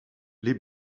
les